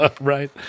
Right